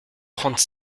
trente